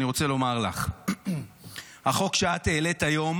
אני רוצה לומר לך שהחוק שאת העלית היום